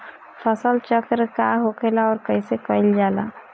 फसल चक्रण का होखेला और कईसे कईल जाला?